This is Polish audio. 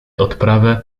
odprawę